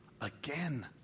again